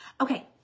Okay